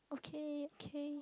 okay okay